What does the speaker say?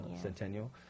Centennial